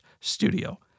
studio